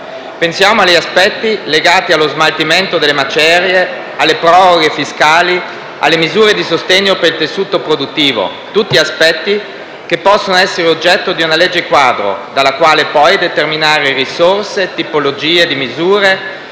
Pensiamo agli aspetti legati allo smaltimento delle macerie, alle proroghe fiscali, alle misure di sostegno per il tessuto produttivo: tutti aspetti che possono essere oggetto di una legge quadro, dalla quale determinare risorse e tipologie di misure,